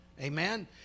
Amen